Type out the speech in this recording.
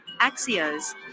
Axios